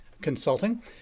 Consulting